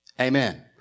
Amen